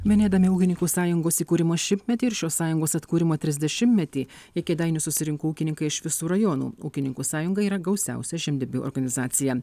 minėdami ūkininkų sąjungos įkūrimo šimtmetį ir šios sąjungos atkūrimo trisdešimtmetį į kėdainius susirinko ūkininkai iš visų rajonų ūkininkų sąjunga yra gausiausia žemdibių organizacija